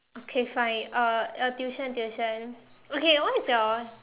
okay fine uh uh tuition tuition okay what is your